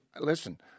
listen